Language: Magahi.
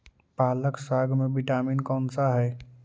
पालक साग में विटामिन कौन सा है?